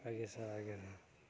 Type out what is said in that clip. ଆଜ୍ଞା ସାର୍ ଆଜ୍ଞା ସାର୍